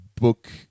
book